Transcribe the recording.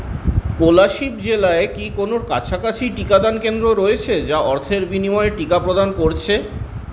কোলাশিব জেলায় কি কোনও কাছাকাছি টিকাদান কেন্দ্র রয়েছে যা অর্থের বিনিময়ে টিকা প্রদান করছে